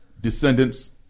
descendants